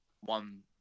one